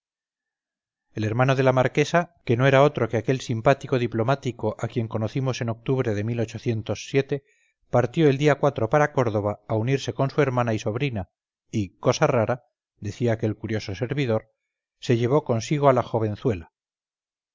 el hermano de la marquesa que no era otro que aquel simpático diplomático a quien conocimos en octubre de partió el día para córdoba a unirse con su hermana y sobrina y cosa rara decía aquel curioso servidor se llevó consigo a la